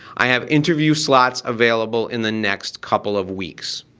i have interview slots available in the next couple of weeks.